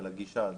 על הגישה הזאת.